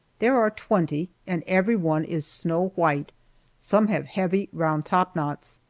there are twenty, and every one is snow white some have heavy round topknots.